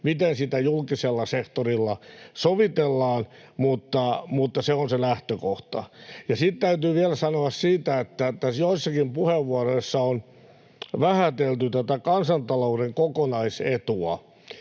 miten sitä julkisella sektorilla sovitellaan, mutta se on se lähtökohta. Sitten täytyy vielä sanoa siitä, että joissakin puheenvuoroissa on vähätelty tätä kansantalouden kokonaisetua.